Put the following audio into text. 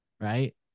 right